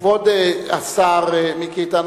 כבוד השר מיקי איתן,